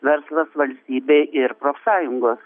verslas valstybė ir profsąjungos